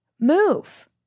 move